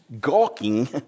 gawking